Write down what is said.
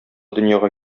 дөньяга